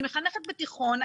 אני מחנכת בתיכון,